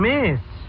Miss